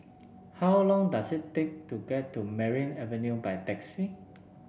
how long does it take to get to Merryn Avenue by taxi